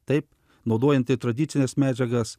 taip naudojant tradicines medžiagas